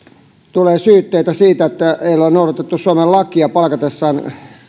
tulee syytteitä siitä että ei ole noudatettu suomen lakia palkattaessa